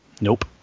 Nope